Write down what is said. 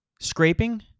Scraping